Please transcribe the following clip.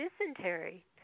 dysentery